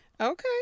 Okay